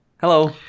Hello